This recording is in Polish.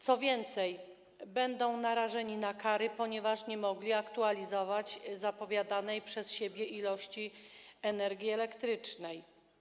Co więcej, będą narażeni na kary, ponieważ nie mogli aktualizować zapowiadanej przez siebie ilości energii elektrycznej.